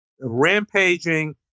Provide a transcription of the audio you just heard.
rampaging